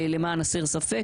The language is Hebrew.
למען הסר ספק.